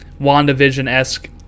wandavision-esque